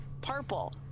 purple